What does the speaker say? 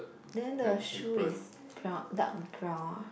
then the shoe is brown dark brown ah